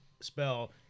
spell